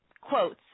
quotes